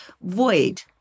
void